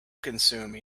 consume